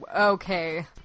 Okay